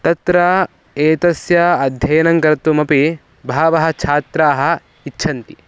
तत्र एतस्य अध्ययनं कर्तुमपि बहवः छात्राः इच्छन्ति